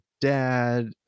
dad